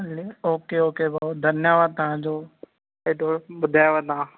हले okay okay भाउ धन्यवाद तव्हांजो हेॾो ॿुधायव तव्हां